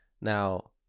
Now